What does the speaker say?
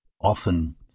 often